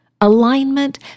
Alignment